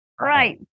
right